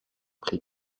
prix